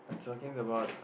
talking about